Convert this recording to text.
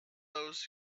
those